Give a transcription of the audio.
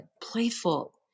playful